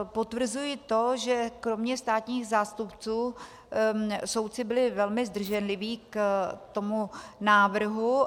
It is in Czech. Potvrzuji to, že kromě státních zástupců soudci byli velmi zdrženliví k tomu návrhu.